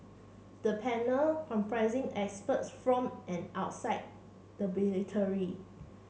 the panel comprising experts from and outside the military